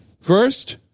first